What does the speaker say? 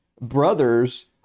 brothers